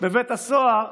בבית הסוהר,